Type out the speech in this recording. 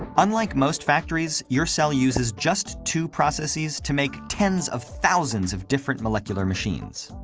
unlike most factories, your cell uses just two processes to make tens of thousands of different molecular machines.